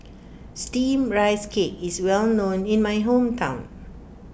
Steamed Rice Cake is well known in my hometown